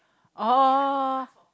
oh